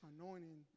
anointing